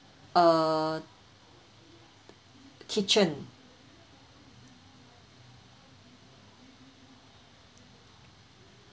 uh kitchen